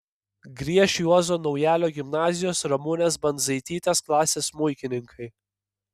grieš juozo naujalio gimnazijos ramunės bandzaitytės klasės smuikininkai